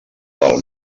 del